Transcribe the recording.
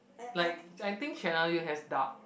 like I think Channel-U has dub